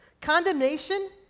Condemnation